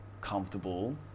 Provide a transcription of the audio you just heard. comfortable